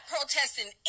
protesting